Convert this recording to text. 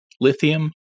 lithium